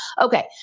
Okay